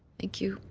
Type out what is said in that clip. thank you.